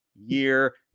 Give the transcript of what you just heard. year